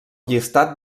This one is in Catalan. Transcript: llistat